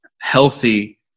healthy